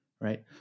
right